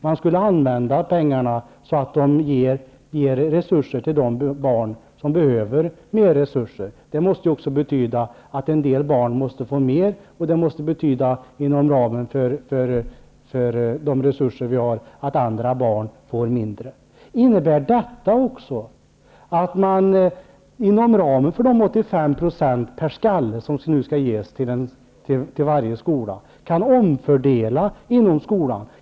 Man skulle använda pengarna så att de ger resurser till de barn som behöver mer resurser. Det måste betyda att en del barn måste få mer, och det måste, inom ramen för de resurser vi har, betyda att andra barn får mindre. Innebär detta också att man inom ramen för de 85 % per skalle som nu skall ges till varje skola kan omfördela inom skolan?